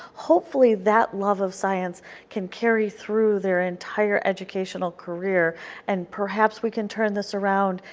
hopefully that love of science can carry through their entire educational career and perhaps we can turn this around,